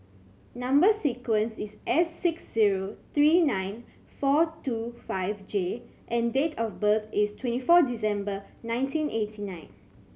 number sequence is S six zero three nine four two five J and date of birth is twenty four December nineteen eighty nine